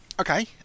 Okay